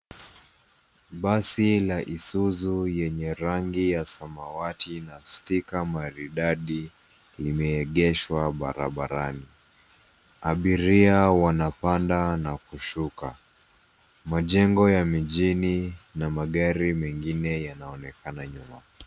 Basi la Isuzu yenye rangi ya samawati na sticker maridadi limeegeshwa barabarani. Abiria wanapanda na kushuka. Majengo ya mjini na magari mengine yanaonekana nyuma.